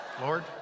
Lord